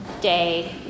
day